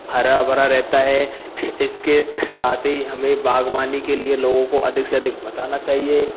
हरा भरा रहता है इसके साथ ही हमें बागवानी के लिए लोगों को अधिक से अधिक बताना चाहिए